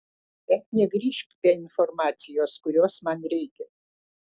bet negrįžk be informacijos kurios man reikia